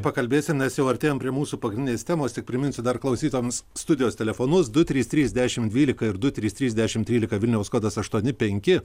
pakalbėsim nes jau artėjam prie mūsų pagrindinės temos tik priminsiu dar klausytojams studijos telefonus du trys trys dešimt dvylika ir du trys trys dešimt trylika vilniaus kodas aštuoni penki